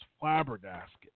flabbergasted